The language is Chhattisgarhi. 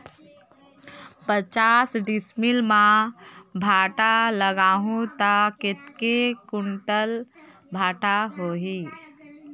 पचास डिसमिल मां भांटा लगाहूं ता कतेक कुंटल भांटा होही?